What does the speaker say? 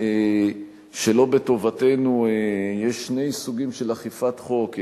שלא בטובתנו יש שני סוגים של אכיפת חוק: